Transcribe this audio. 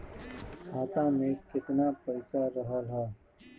खाता में केतना पइसा रहल ह?